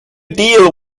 deal